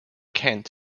kent